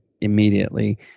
immediately